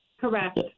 Correct